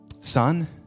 Son